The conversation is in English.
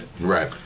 Right